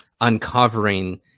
uncovering